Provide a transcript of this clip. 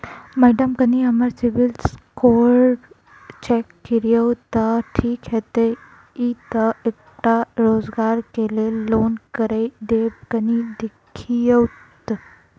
Madam कनि हम्मर CIBIL score check करियो तेँ ठीक हएत ई तऽ एकटा रोजगार केँ लैल लोन करि देब कनि देखीओत?